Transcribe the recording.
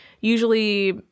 usually